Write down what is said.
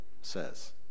says